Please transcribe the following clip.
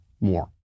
more